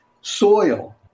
soil